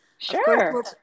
Sure